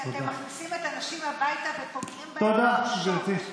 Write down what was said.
כי אתם מכניסים את הנשים הביתה ופוגעים בהן אנושות.